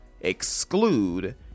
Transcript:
exclude